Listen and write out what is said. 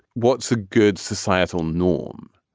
what's a good societal norm?